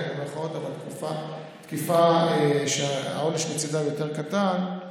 תקיפה שהעונש בצידה הוא יותר קטן,